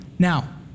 Now